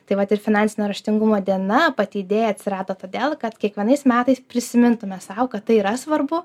tai vat ir finansinio raštingumo diena pati idėja atsirado todėl kad kiekvienais metais prisimintume sau kad tai yra svarbu